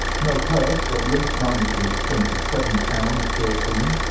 no purse, but loose money to the extent of seven pounds thirteen.